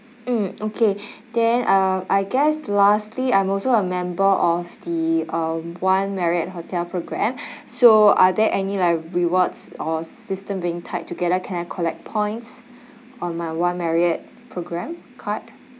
mm okay then uh I guess lastly I'm also a member of the um one Marriott hotel programme so are there any like rewards or system being tied together can I collect points on my one Marriott programme card